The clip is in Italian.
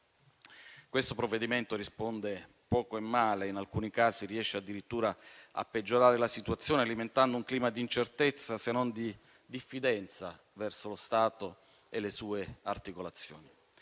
Questo provvedimento risponde poco e male; in alcuni casi, riesce addirittura a peggiorare la situazione, alimentando un clima di incertezza, se non di diffidenza, verso lo Stato e le sue articolazioni.